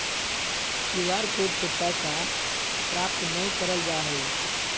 Q R code से पैसा प्राप्त नयय करल जा हइ